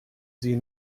sie